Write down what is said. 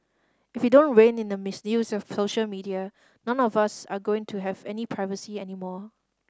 if we don't rein in the misuse of social media none of us are going to have any privacy anymore